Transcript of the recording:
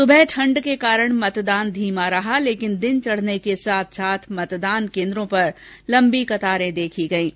सुबह ठंड के कारण मतदान धीमा रहा लेकिन दिन चढने के साथ साथ मतदान केंद्रो पर लंबी कतारे देखी गयीं